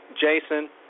Jason